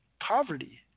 poverty